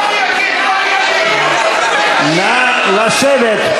אדוני היושב-ראש, חברי הכנסת, נא לשבת.